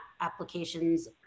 applications